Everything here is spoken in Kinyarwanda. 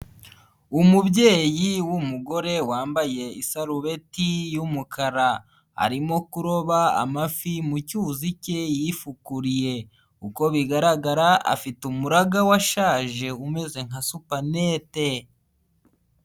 Umubyeyi w'umugore wambaye isarubeti y'umukara arimo kuroba amafi mu cyuzi cye yifukuriye, uko bigaragara afite umuraraga washaje umeze nka supanete.